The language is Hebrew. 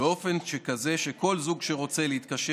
באופן שכזה שכל זוג שרוצה להתקשר